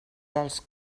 dels